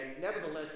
nevertheless